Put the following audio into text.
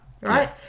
right